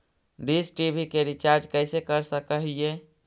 Dish TV के recharge कैसे कर सक हिय?